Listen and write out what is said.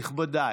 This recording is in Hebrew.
נכבדיי,